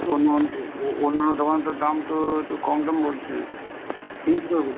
একটু অন্য অন্য দোকানে তো দাম তো একটু কম টম বলছে ঠিক তো